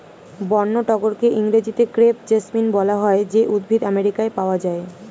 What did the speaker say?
বন্য টগরকে ইংরেজিতে ক্রেপ জেসমিন বলা হয় যে উদ্ভিদ আমেরিকায় পাওয়া যায়